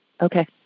Okay